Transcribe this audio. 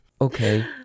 Okay